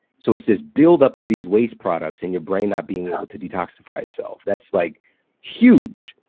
so it's this buildup of these waste products and your brain not being able to detoxify itself. that's like huge.